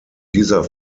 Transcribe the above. dieser